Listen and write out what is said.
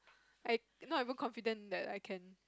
I not even confident that I can